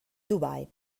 dubai